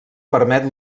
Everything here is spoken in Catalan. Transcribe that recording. permet